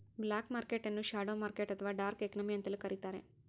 block market ನ್ನು shadow market ಅಥವಾ dark economy ಅಂತಲೂ ಕರಿತಾರೆ